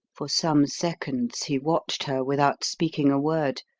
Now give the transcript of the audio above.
for some seconds he watched her without speaking a word.